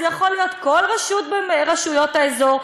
זה יכול להיות כל רשות מרשויות האזור,